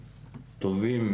טובים,